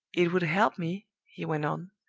it would help me he went on,